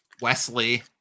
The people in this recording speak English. Wesley